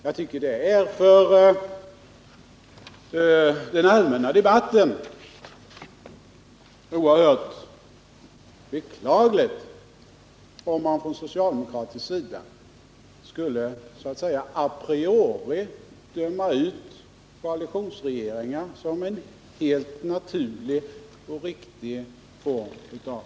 Jag tycker att det är för den allmänna debatten beklagligt om man från socialdemokratisk sida skulle så att säga a priori döma ut koalitionsregeringar som en helt naturlig och riktig form av regeringar.